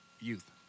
youth